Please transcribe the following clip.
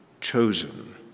chosen